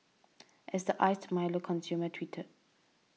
as the Iced Milo consumer tweeted